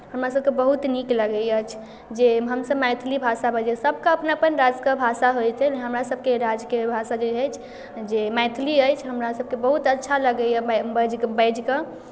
हमरासभके बहुत नीक लगैत अछि जे हमसभ मैथिली भाषा बजै सभके अपन अपन राज्यके भाषा होइत अछि हमरासभके राज्यके भाषा जे अछि जे मैथिली अछि हमरासभके बहुत अच्छा लगैए बज बाजि कऽ